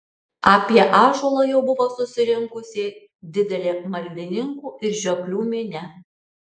apie ąžuolą jau buvo susirinkusi didelė maldininkų ir žioplių minia